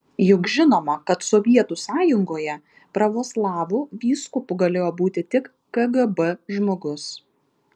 juk žinoma kad sovietų sąjungoje pravoslavų vyskupu galėjo būti tik kgb žmogus